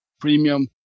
premium